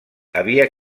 havia